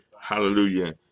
hallelujah